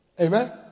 Amen